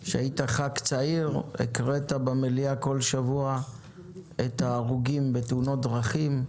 כשהיית ח"כ צעיר הקראת כל שבוע במליאה את ההרוגים בתאונות דרכים.